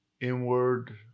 inward